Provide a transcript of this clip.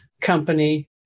company